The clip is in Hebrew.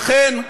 לכן,